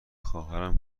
خواهرم